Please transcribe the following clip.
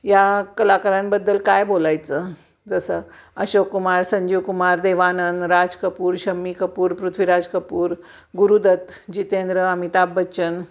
या कलाकारांबद्दल काय बोलायचं जसं अशोककुमार संजीवकुमार देवानंद राज कपूर शम्मी कपूर पृथ्वीराज कपूर गुरुदत्त जितेंद्र अमिताभ बच्चन